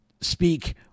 speak